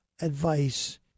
advice